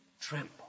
tremble